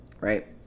right